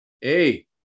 Hey